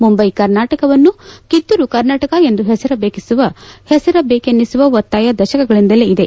ಮುಂಬೈ ಕರ್ನಾಟಕವನ್ನು ಕಿತ್ತೂರು ಕರ್ನಾಟಕ ಎಂದು ಹೆಸರಿಸಬೇಕೆನ್ನುವ ಒತ್ತಾಯ ದಶಕಗಳಿಂದಲೇ ಇದೆ